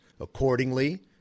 Accordingly